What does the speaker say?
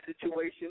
situation